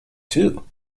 too